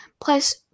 Plus